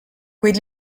kuid